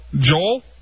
Joel